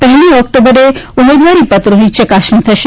પહેલી ઓક્ટોબરે ઉમેદવારી પત્રોની ચકાસણી થશે